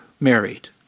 married